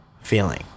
feeling